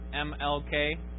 M-L-K